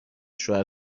شوهر